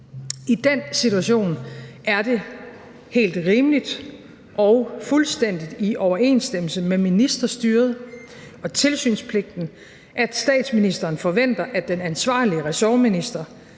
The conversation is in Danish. I den situation er det helt rimeligt og fuldstændig i overensstemmelse med ministerstyret og tilsynspligten, at statsministeren forventer, at den ansvarlige ressortminister,